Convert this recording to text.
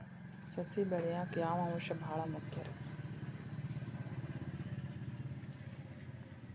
ಸಸಿ ಬೆಳೆಯಾಕ್ ಯಾವ ಅಂಶ ಭಾಳ ಮುಖ್ಯ ರೇ?